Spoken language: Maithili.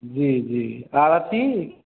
जी जी आर अथी